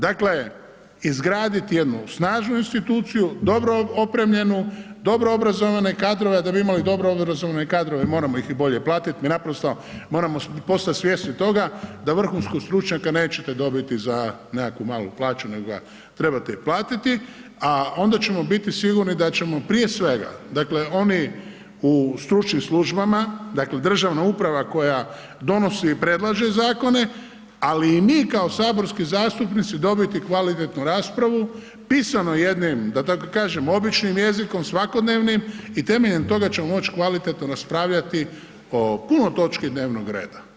Dakle, izgradit jednu snažnu instituciju, dobro opremljenu, dobro obrazovane kadrove, a da bi imali dobro obrazovane kadrove moramo ih i bolje platit, naprosto moramo postat svjesni toga da vrhunskog stručnjaka nećete dobiti za nekakvu malu plaću, nego ga trebate i platiti, a onda ćemo biti sigurni da ćemo prije svega, dakle, oni u stručnim službama, dakle, državna uprava koja donosi i predlaže zakone, ali i mi kao saborski zastupnici, dobiti kvalitetnu raspravu, pisano jednim, da tako kažem običnim jezikom, svakodnevnim i temeljem toga ćemo moć kvalitetno raspravljati o puno točki dnevnog reda.